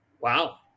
Wow